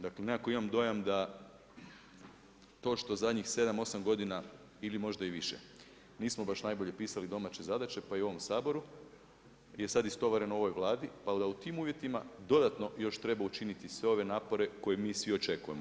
Dakle, nekako imam dojam da to što zadnjih sedam, osam godina ili možda i više nismo baš najbolje pisali domaće zadaće, pa i u ovom Saboru je sad istovareno ovoj Vladi, pa da u tim uvjetima dodatno još treba učiniti sve ove napore koje mi svi očekujemo.